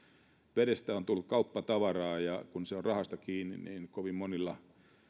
vedestä on tullut kauppatavaraa ja kun se on rahasta kiinni niin kovin monilla